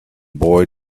boy